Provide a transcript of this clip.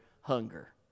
hunger